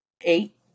eight